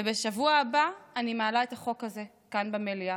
ובשבוע הבא אני מעלה את החוק הזה כאן במליאה.